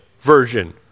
version